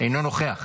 אינו נוכח.